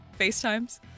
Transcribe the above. FaceTimes